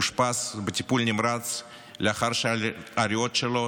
אושפז בטיפול נמרץ לאחר שהריאות שלו